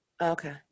Okay